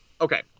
Okay